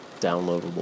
downloadable